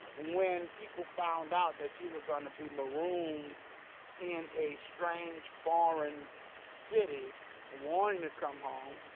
when people found out that you were going to be marooned in a strange foreign city wanting to come home,